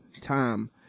time